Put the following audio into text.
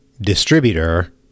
distributor